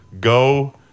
Go